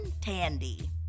Tandy